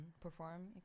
perform